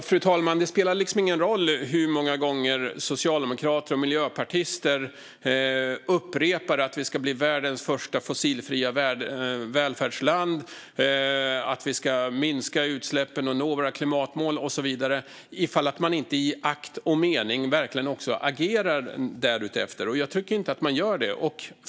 Fru talman! Det spelar liksom ingen roll hur många gånger socialdemokrater och miljöpartister upprepar att vi ska bli världens första fossilfria välfärdsland, att vi ska minska utsläppen och nå våra klimatmål och så vidare om man inte agerar i akt och mening att åstadkomma det. Jag tycker inte att man gör det.